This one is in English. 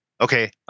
okay